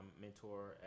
mentor